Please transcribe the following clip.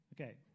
Okay